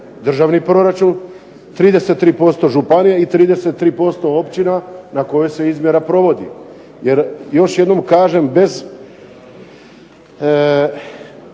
državni proračun, 33% županija i 33% općina na kojoj se izmjera provodi. Jer još jednom kažem, bez